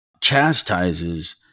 chastises